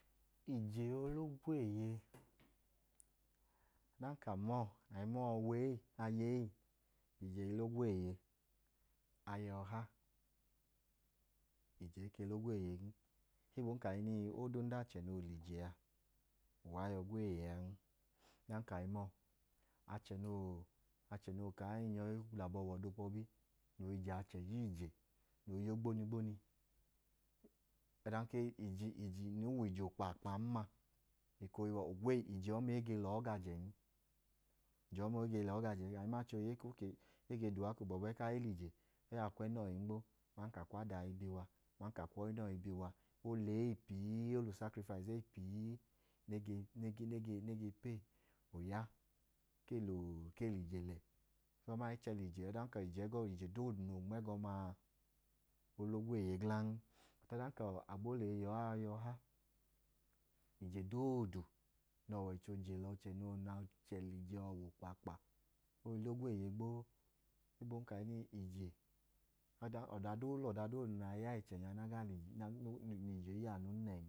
Ije i la ogweeye. Ọdanka a ma ọọ ọwẹ ee, aman ka aya ee ije i la ogweeye. Ije i ke la ogweeyen ohigbun ka odundu achẹ noo lẹ ije a, uwa yọi gweeye an. Achẹ noo ka, achẹ noo ka aa i nyọ i lẹ abọ wu ọda obọbi, noo i je achẹ ya ije, noo i ya ogbonigboni. Ọdanka e, ije noo wẹ ije okpaakpan ma, ije ọma, e ge lẹ ọọ ga ajẹn. Ije ọma, e ge lẹ ọọ ga ajẹn. A i ma achẹ ohi, e ka okee, gbọbu ẹẹ ka i lẹ ije oya a kwu ẹnẹ ọọ i nmo aman ka a kwu ada ọọ i bi wa aman ka a kwu ọyinẹ ọọ i bi wa. O lẹ eyi pii, o lẹ usakrifayisi eyi pii nẹ e ge pee, oya gbọbu ku ee lẹ ije lẹ. Ọdanka ije ẹgọ, ije doodu noon ma ẹgọma a, o la ogweeye glan. Ọdanka a gboo lẹ eyi yẹ ọọ aya ọha, ije doodu nẹ ọwọicho je lẹ ọchẹ nẹ ọchẹ lẹ ije ọwẹ okpaakpaa, o gweeye gboo, ohigbun kahinii, o lẹ ọda doodu nẹ a i ya ẹchẹ nẹ ije i yọ anun nẹn.